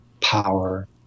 power